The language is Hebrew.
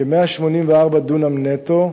כ-184 דונם נטו,